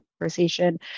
conversation